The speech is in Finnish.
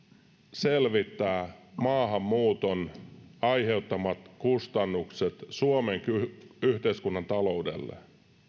selvittää maahanmuuton aiheuttamat kustannukset suomen yhteiskunnan taloudelle